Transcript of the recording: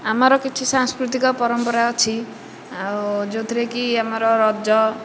ଆମର କିଛି ସାଂସ୍କୃତିକ ପରମ୍ପରା ଅଛି ଆଉ ଯେଉଁଥିରେକି ଆମର ରଜ